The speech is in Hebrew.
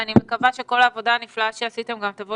אני מקווה שכל העבודה הנפלאה שעשיתם גם תבוא